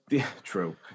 True